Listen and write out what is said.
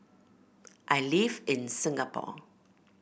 I live in Singapore